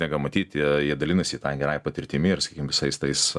tenka matyti jie dalinasi ta gerąja patirtimi ir sakykim visais tais